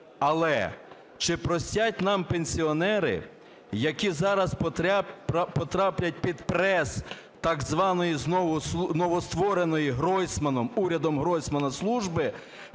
Але чи простять нам пенсіонери, які зараз потраплять під прес, так званої, знову новоствореної Гройсманом, урядом Гройсмана, служби